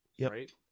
right